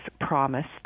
promised